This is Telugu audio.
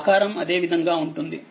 ఆకారం అదే విధంగా ఉంటుంది